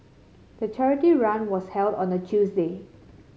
the charity run was held on a Tuesday